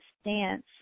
stance